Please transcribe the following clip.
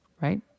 right